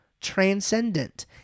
transcendent